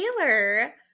Taylor